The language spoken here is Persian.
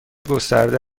گسترده